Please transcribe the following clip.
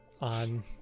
On